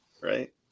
right